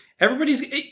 Everybody's